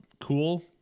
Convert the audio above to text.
cool